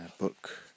book